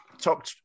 Top